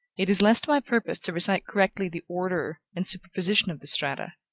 it is less to my purpose to recite correctly the order and superposition of the strata,